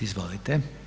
Izvolite.